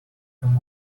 them